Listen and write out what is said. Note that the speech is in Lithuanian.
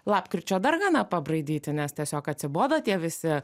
lapkričio darganą pabraidyti nes tiesiog atsibodo tie visi